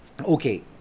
Okay